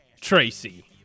Tracy